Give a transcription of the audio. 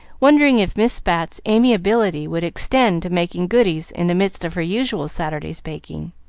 wondering if miss bat's amiability would extend to making goodies in the midst of her usual saturday's baking.